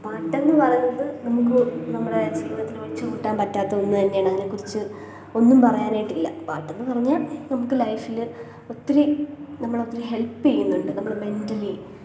പാട്ടെന്നു പറയുന്നത് നമുക്ക് നമ്മുടെ ജീവിതത്തിൽ ഒഴിച്ചു കൂട്ടാൻ പറ്റാത്ത ഒന്നു തന്നെയാണ് അതിനെ കുറിച്ച് ഒന്നും പറയാനായിട്ടില്ല പാട്ടെന്നു പറഞ്ഞാൽ നമുക്ക് ലൈഫിൽ ഒത്തിരി നമ്മളെ ഒത്തിരി ഹെൽപ്പ് ചെയ്യുന്നുണ്ട് നമ്മളെ മെൻ്റലി